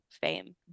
fame